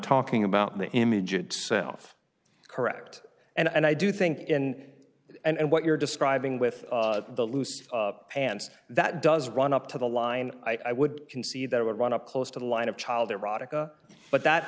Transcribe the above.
talking about the image itself correct and i do think in and what you're describing with the loose and that does run up to the line i would concede that would run up close to the line of child erotica but that